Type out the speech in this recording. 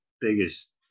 biggest